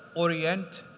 orient,